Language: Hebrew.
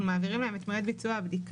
אנחנו מעבירים להם את מועד ביצוע הבדיקה